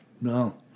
no